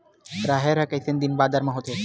राहेर ह कइसन दिन बादर म होथे?